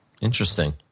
Interesting